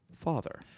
Father